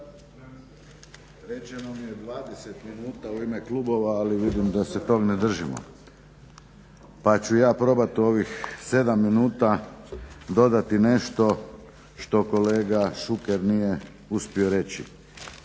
Rečeno mi je 20 minuta u ime klubova ali vidim da se tog ne držimo pa ću ja probat u ovih 7 minuta dodati nešto što kolega Šuker nije uspio reći,